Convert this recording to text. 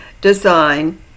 design